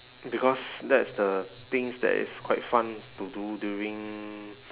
because that is the things that is quite fun to do during